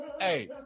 Hey